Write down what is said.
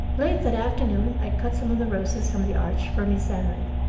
late that afternoon i cut some of the roses from the arch for miss emily,